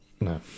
No